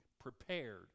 prepared